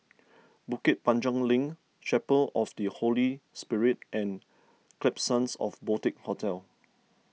Bukit Panjang Link Chapel of the Holy Spirit and Klapsons of Boutique Hotel